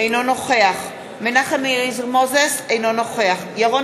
אינו נוכח מנחם אליעזר מוזס, אינו נוכח ירון